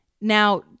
now